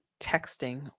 texting